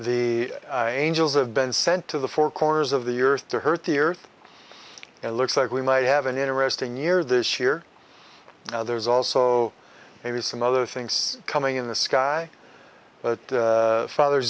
the angels have been sent to the four corners of the earth to hurt the earth it looks like we might have an interesting year this year now there's also maybe some other things coming in the sky but father's